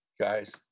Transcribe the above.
Guys